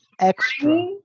extra